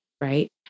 right